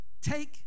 take